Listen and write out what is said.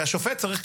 ועד היום,